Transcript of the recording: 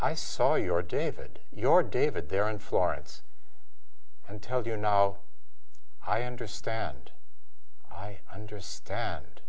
i saw your david your david there in florence and i tell you now i understand i understand